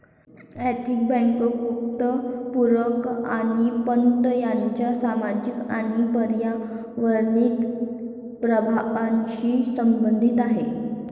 ethical bank गुंतवणूक आणि पत यांच्या सामाजिक आणि पर्यावरणीय प्रभावांशी संबंधित आहे